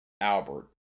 Albert